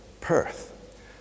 Perth